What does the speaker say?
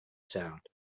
sound